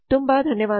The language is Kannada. ತುಂಬ ಧನ್ಯವಾದಗಳು